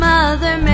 Mother